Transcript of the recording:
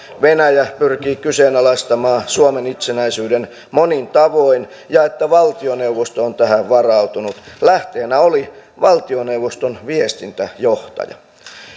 venäjä pyrkii kyseenalaistamaan suomen itsenäisyyden monin tavoin ja että valtioneuvosto on tähän varautunut lähteenä oli valtioneuvoston viestintäjohtaja